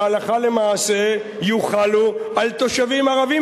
שהלכה למעשה יוחלו על תושבים ערבים